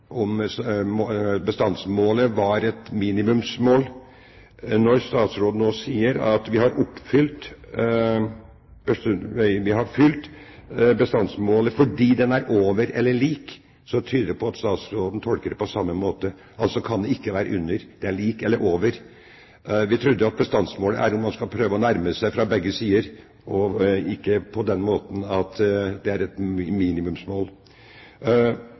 om bestandsmålet var et minimumsmål. Når statsråden nå sier at vi har fylt bestandsmålet fordi det er over eller likt, tyder det på at statsråden tolker det på samme måte, altså kan det ikke være under, det er likt eller over. Vi trodde at bestandsmålet er at man skal prøve å nærme seg fra begge sider, ikke på den måten at det er et minimumsmål.